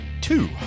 two